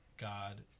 God